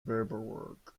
paperwork